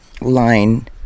line